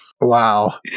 Wow